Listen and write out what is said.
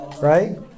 right